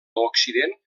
occident